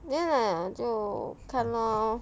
没有 lah 就看 lor